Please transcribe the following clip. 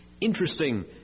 Interesting